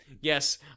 Yes